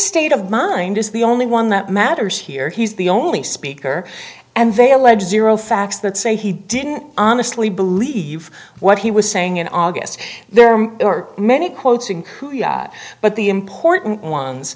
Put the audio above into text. state of mind is the only one that matters here he's the only speaker and they allege zero facts that say he didn't honestly believe what he was saying in august there are many quotes in kuya but the important ones